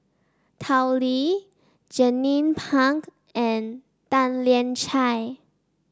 Tao Li Jernnine Pang and Tan Lian Chye